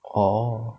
oh